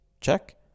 check